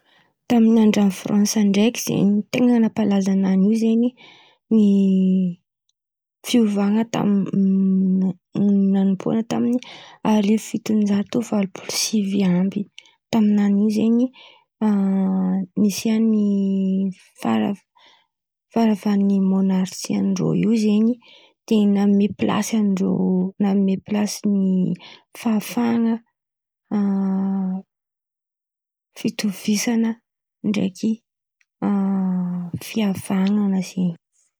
Fransy tantara raha azoko ono. Raha nitranga tamindreô tan̈y resaky revôlisiôn fransezy fô ia tamy sivy amby valo polo fitonjato sy arivo. Nisy fiovana maventy koa zan̈y tamindreô. La Fransy àby io avy eo niparitaka zen̈y raha io tamy resaky pôlitiky man̈erantaany fa tsy tamindreo tao fô.